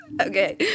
Okay